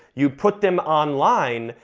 you put them online,